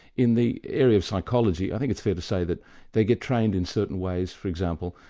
in the area of psychology, i think it's fair to say that they get trained in certain ways for example,